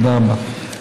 תודה רבה.